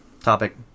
topic